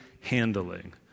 handling